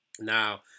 Now